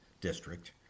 District